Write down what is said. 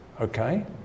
okay